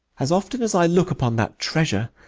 as often as i look upon that treasure,